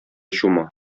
чума